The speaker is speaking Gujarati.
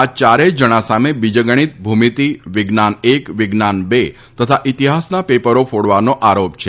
આ ચારેય જણા સામે બીજગણિત ભુમિતિ વિજ્ઞાન એક વિજ્ઞાન બે તથા ઈતિહાસના પેપરો ફોડવાનો આરોપ છે